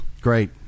Great